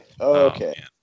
okay